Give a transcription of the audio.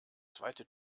zweite